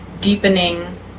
deepening